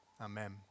Amen